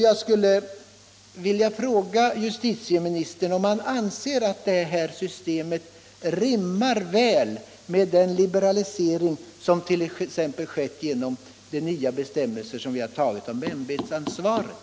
Jag skulle vilja fråga justitieministern om han anser att det här systemet rimmar väl med den liberalisering som skett, t.ex. genom de nya bestämmelser angående ämbetsansvar som vi har antagit.